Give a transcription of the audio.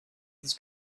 has